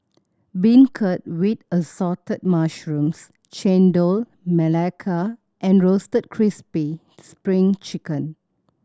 beancurd with Assorted Mushrooms Chendol Melaka and Roasted Crispy Spring Chicken